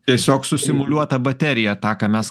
tiesiog susimuliuota baterija tą ką mes